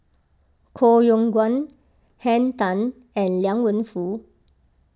Koh Yong Guan Henn Tan and Liang Wenfu